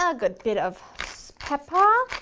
ah good bit of pepper.